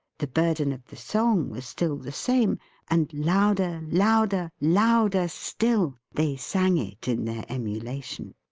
the burden of the song was still the same and louder, louder, louder still, they sang it in their emulation.